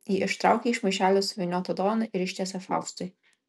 ji ištraukia iš maišelio suvyniotą dovaną ir ištiesia faustui